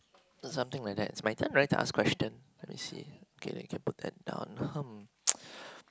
is it something like that is my turn right to ask question let me see okay let me put it down hmm